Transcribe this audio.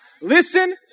listen